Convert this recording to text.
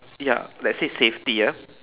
ya let's say safety ah